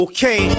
Okay